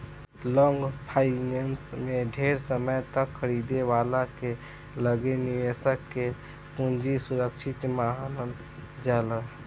long finance में ढेर समय तक खरीदे वाला के लगे निवेशक के पूंजी सुरक्षित मानल जाला